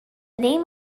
name